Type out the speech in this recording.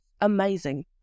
amazing